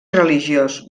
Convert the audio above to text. religiós